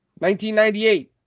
1998